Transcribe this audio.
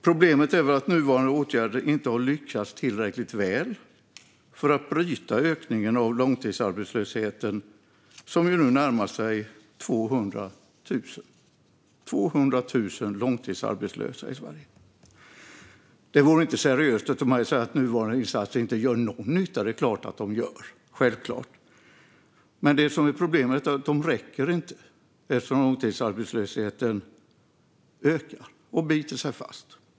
Problemet är att nuvarande åtgärder inte har lyckats tillräckligt väl för att bryta ökningen av långtidsarbetslösheten, som nu närmar sig 200 000 personer. 200 000 personer är långtidsarbetslösa i Sverige. Det vore inte seriöst av mig att säga att nuvarande insatser inte gör någon nytta alls; det är klart att de gör. Men problemet är att de inte räcker. Långtidsarbetslösheten ökar ju och biter sig fast.